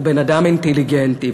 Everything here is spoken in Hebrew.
הוא בן-אדם אינטליגנטי,